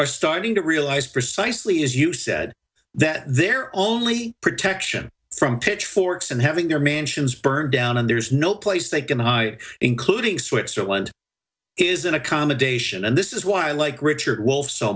are starting to realize precisely as you said that their only protection from pitchforks and having their mansions burned down and there's no place they can hide including switzerland is an accommodation and this is why i like richard wolfe so